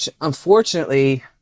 unfortunately